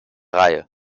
reihe